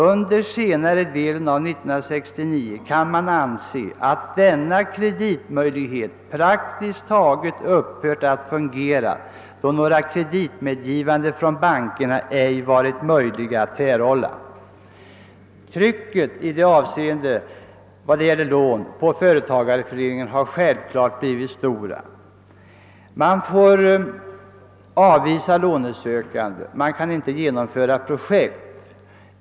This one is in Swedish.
Under senare delen av 1969 kan man anse att denna kreditmöjlighet praktiskt taget upphört att fungera då några kreditmedgivanden från bankerna ej varit möjliga att erhålla. Kraven på företagareföreningarna när det gäller lån har naturligtvis ökat. Föreningarna får avvisa lånesökande, som till följd därav inte kan genomföra projekt.